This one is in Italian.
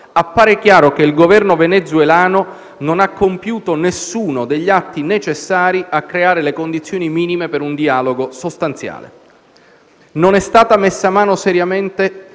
appare chiaro che il Governo venezuelano non ha compiuto nessuno degli atti necessari a creare le condizioni minime per un dialogo sostanziale. Non è stata messa mano seriamente